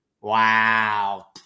wow